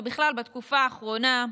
ובכלל בתקופה האחרונה,